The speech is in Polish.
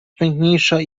piękniejsza